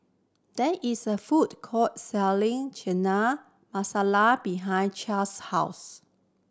there is a food court selling Chana Masala behind 's house